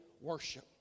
worship